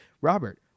Robert